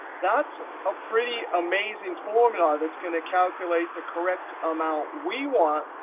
that's a pretty amazing formula that's going to calculate the correct amount we want,